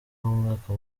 w’umwaka